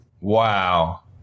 Wow